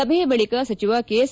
ಸಭೆಯ ಬಳಿಕ ಸಚಿವ ಕೆಎಸ್